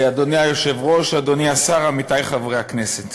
אדוני היושב-ראש, אדוני השר, עמיתי חברי הכנסת,